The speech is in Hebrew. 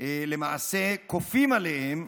למעשה כופים עליהם,